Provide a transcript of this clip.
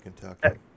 Kentucky